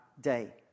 day